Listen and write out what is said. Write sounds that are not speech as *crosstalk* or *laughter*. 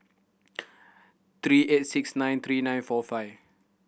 *noise* three eight six nine three nine four five